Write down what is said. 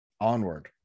onward